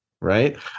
right